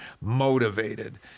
motivated